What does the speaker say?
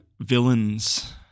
Villains